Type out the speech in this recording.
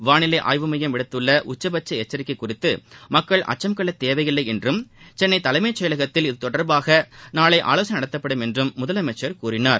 வானிலை ஆய்வு மையம் விடுத்துள்ள உச்சபட்ச எச்சரிக்கை குறித்து மக்கள் அச்சம் கொள்ள தேவையில்லை என்றும் சென்னை தலைமைச் செயலகத்தில் இது தொடர்பாக நாளை ஆவோசனை நடத்தப்படும் என்றும் முதலமைச்சர் கூறினார்